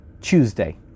Tuesday